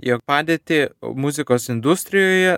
jog padėtį muzikos industrijoje